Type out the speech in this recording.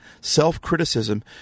self-criticism